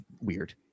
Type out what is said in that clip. weird